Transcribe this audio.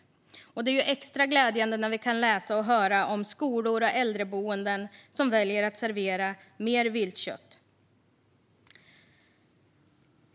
Och det är extra glädjande när vi kan läsa och höra om skolor och äldreboenden som väljer att servera mer viltkött.